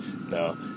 no